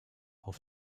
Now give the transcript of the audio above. auf